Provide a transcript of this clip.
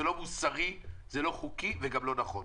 זה לא מוסרי, לא חוקי וגם לא נכון.